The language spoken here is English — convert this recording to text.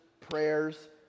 prayers